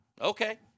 Okay